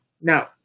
no